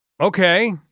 Okay